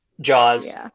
Jaws